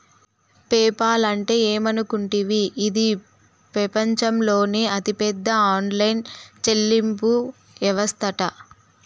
PayPal అంటే ఏమనుకుంటివి, ఇది పెపంచంలోనే అతిపెద్ద ఆన్లైన్ చెల్లింపు యవస్తట